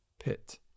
pit